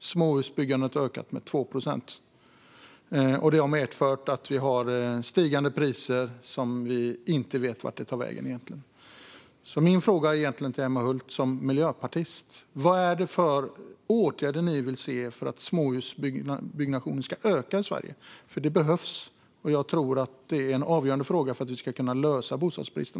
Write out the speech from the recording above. Småhusbyggandet har ökat med 2 procent. Detta har medfört att vi har stigande priser, och vi vet egentligen inte vart de tar vägen. Min fråga till Emma Hult som miljöpartist är: Vad är det för åtgärder ni vill se för att småhusbyggnationen ska öka i Sverige? De behövs, och jag tror att det är avgörande för att vi ska kunna lösa bostadsbristen.